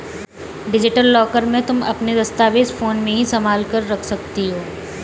digital locker में तुम अपने दस्तावेज फोन में ही संभाल कर रख सकती हो